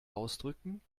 ausdrücken